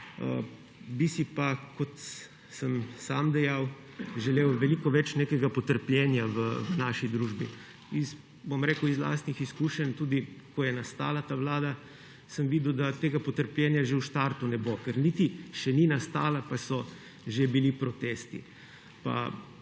Bi si pa, kot sem sam dejal, želel veliko več potrpljenja v naši družbi. Bom rekel iz lastnih izkušenj, ko je nastala ta vlada, sem videl, da tega potrpljenja že v startu ne bo, ker niti še ni nastala, pa so že bili protesti.